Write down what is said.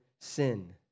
sin